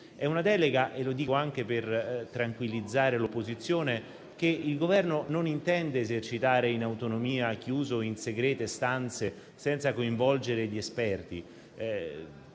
È una delega, e lo dico anche per tranquillizzare l'opposizione, che il Governo non intende esercitare in autonomia, chiuso in segrete stanze, senza coinvolgere gli esperti.